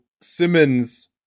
Simmons